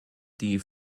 die